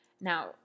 Now